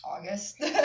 August